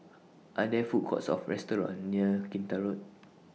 Are There Food Courts Or restaurants near Kinta Road